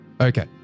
Okay